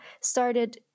started